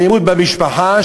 באלימות במשפחה,